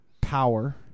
power